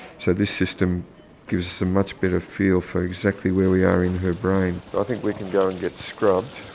so this system gives a much better feel for exactly where we are in her brain. i think we can go and get scrubbed.